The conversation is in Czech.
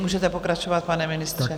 Můžete pokračovat, pane ministře.